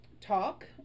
talk